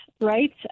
right